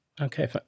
Okay